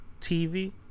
TV